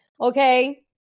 okay